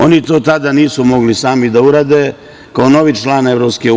Oni to tada nisu mogli sami da urade, kao novi član EU.